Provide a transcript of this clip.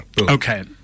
Okay